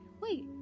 Wait